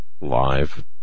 live